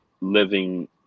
living